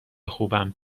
خوبم